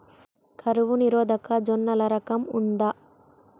కరువు నిరోధక జొన్నల రకం ఉందా?